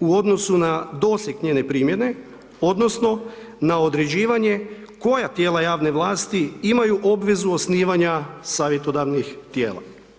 u odnosu na doseg njene primjene, odnosno, na određivanje, koja tijela javne vlasti, imaju obvezu osnivanja savjetodavnih tijela.